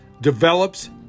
develops